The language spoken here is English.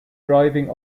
driving